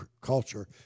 culture